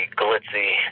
glitzy